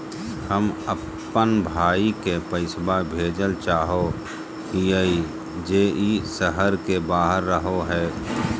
हम अप्पन भाई के पैसवा भेजल चाहो हिअइ जे ई शहर के बाहर रहो है